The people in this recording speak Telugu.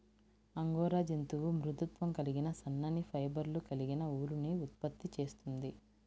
అంగోరా జంతువు మృదుత్వం కలిగిన సన్నని ఫైబర్లు కలిగిన ఊలుని ఉత్పత్తి చేస్తుంది